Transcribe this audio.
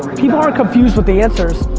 people aren't confused with the answers.